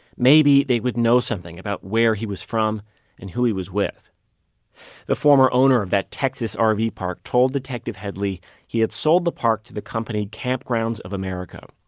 maybe they would know something about where he was from and who he was with the former owner of that texas ah rv park told detective headley he had sold the park to the company kampgrounds of america.